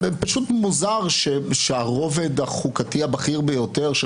פשוט מוזר שהרובד החוקתי הבכיר ביותר של